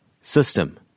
System